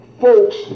folks